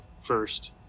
first